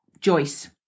joyce